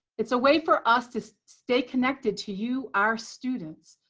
it's a way for us to stay connected to you, our students.